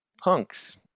punks